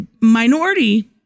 minority